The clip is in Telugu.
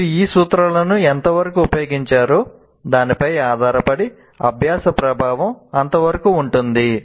మీరు ఈ సూత్రాలను ఎంతవరకు ఉపయోగించారో దానిపై ఆధారపడి అభ్యాస ప్రభావం అంతవరకు ఉంటుంది